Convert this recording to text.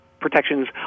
protections